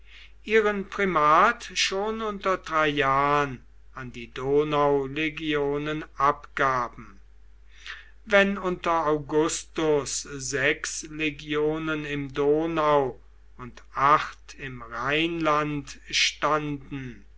ihren primat schon unter traian an die donaulegionen abgaben wenn unter augustus sechs legionen im donau und acht im rheinland standen